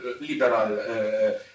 liberal